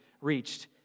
reached